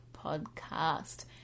podcast